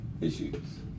issues